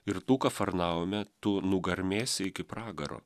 ir tu kafarnaume tu nugarmėsi iki pragaro